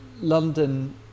London